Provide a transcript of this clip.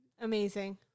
amazing